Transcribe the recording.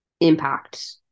impact